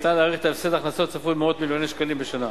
ניתן להעריך את הפסד ההכנסות הצפוי במאות מיליוני שקלים בשנה.